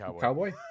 cowboy